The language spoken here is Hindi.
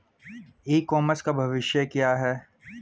ई कॉमर्स का भविष्य क्या है?